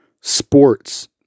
sports